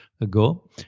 ago